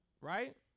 right